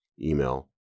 email